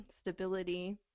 stability